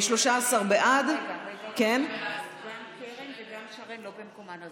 13 בעד, רגע, גם קרן וגם שרן לא במקומן.